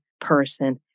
person